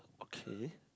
okay